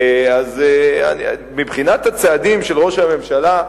אז מבחינת הצעדים של ראש הממשלה,